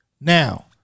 Now